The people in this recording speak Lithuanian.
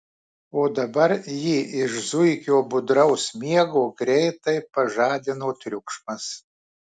o dabar jį iš zuikio budraus miego greitai pažadino triukšmas